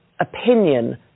opinion